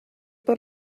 per